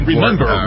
Remember